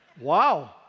Wow